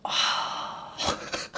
ah